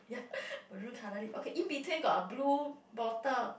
ya maroon colour lead okay in between got a blue bottle